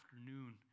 afternoon